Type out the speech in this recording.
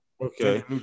Okay